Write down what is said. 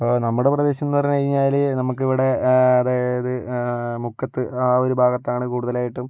അപ്പോൾ നമ്മുടെ പ്രദേശമെന്ന് പറഞ്ഞ് കഴിഞ്ഞാല് നമ്മൾക്കിവിടെ അതായത് മുക്കത്ത് ആ ഒരു ഭാഗത്താണ് കൂടുതലായിട്ടും